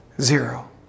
Zero